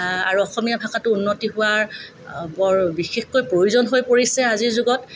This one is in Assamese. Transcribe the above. আৰু অসমীয়া ভাষাটো উন্নতি হোৱা বৰ বিশেষকৈ প্ৰয়োজন হৈ পৰিছে আজিৰ যুগত